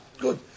Good